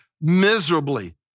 miserably